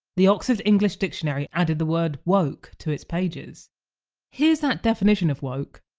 the oxford english dictionary added the word woke to its pages here's that definition of woke,